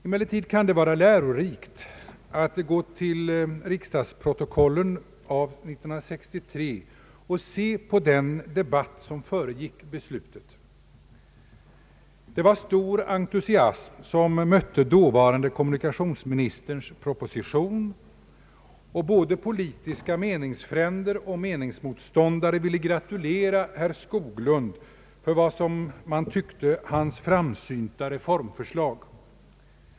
Emellertid kan det vara lärorikt att gå till riksdagsprotokollen av 1963 och se på den debatt som föregick beslutet. Det var stor entusiasm som mötte dåvarande kommunikationsministerns proposition, och både politiska meningsfränder och meningsmotståndare ville gratulera herr Skoglund för, som man tyckte, hans framsynta reformförslag.